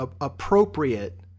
appropriate